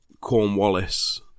Cornwallis